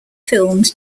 films